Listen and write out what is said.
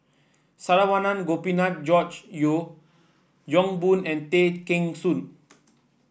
Saravanan Gopinathan George Yeo Yong Boon and Tay Kheng Soon